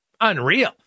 Unreal